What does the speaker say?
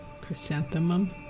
Chrysanthemum